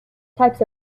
types